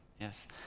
Yes